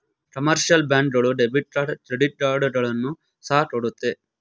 commercial bank ಗಳು debit card credit ಕಾರ್ಡ್ಗಳನ್ನು ಸಹ ಕೊಡುತ್ತೆ